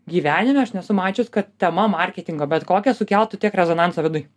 gyvenime aš nesu mačius kad tema marketingo bet kokia sukeltų tiek rezonanso viduj